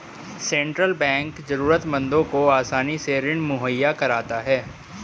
central bank जरूरतमंदों को आसानी से ऋण मुहैय्या कराता है